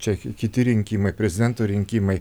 čia kiti rinkimai prezidento rinkimai